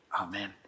Amen